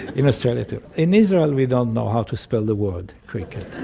in australia too. in israel we don't know how to spell the word cricket.